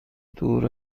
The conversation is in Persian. دور